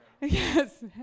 Yes